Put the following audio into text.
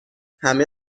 همه